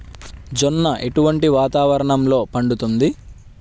జొన్న ఎటువంటి వాతావరణంలో పండుతుంది?